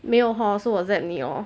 没有 hor 是我 zap 你 hor